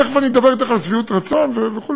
תכף אני אדבר אתך על שביעות רצון וכו',